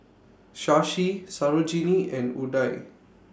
Shashi Sarojini and Udai